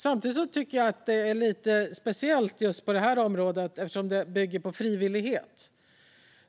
Samtidigt tycker jag att det är lite speciellt på just detta område eftersom det bygger på frivillighet.